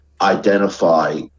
identify